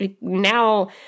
now